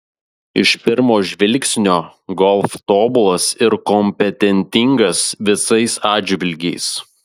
iš pirmo žvilgsnio golf tobulas ir kompetentingas visais atžvilgiais